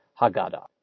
Haggadah